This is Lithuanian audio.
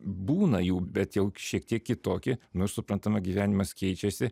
būna jų bet jau šiek tiek kitoki nors suprantama gyvenimas keičiasi